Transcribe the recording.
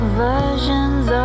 versions